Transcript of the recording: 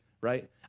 right